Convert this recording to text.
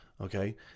Okay